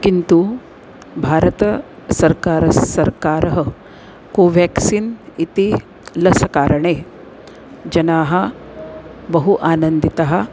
किन्तु भारतसर्कारस् सर्कारः कोवेक्सिन् इति लसकारणे जनाः बहु आनन्दिताः